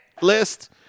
list